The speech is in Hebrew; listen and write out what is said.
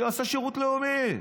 שיעשה שירות לאומי,